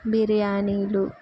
బిర్యానీలు